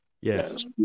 Yes